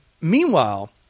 meanwhile